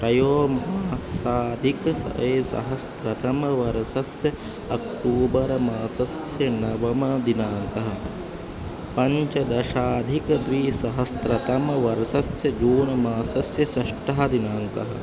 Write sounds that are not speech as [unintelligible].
त्रयोमासाधिकं [unintelligible] सहस्रतमवर्षस्य October मासस्य नवमदिनाङ्कः पञ्चदशाधिकं द्विसहस्रतमवर्षस्य जून् मासस्य षष्ठः दिनाङ्कः